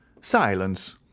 Silence